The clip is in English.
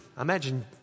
imagine